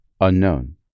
Unknown